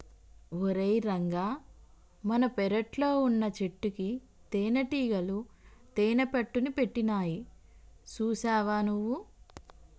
ఓరై రంగ మన పెరట్లో వున్నచెట్టుకి తేనటీగలు తేనెపట్టుని పెట్టినాయి సూసావా నువ్వు